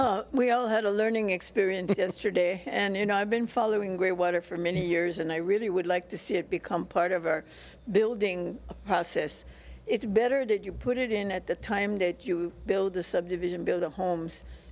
mispricing we all had a learning experience yesterday and you know i've been following grey water for many years and i really would like to see it become part of our building process it's better that you put it in at the time date you build the subdivision build the homes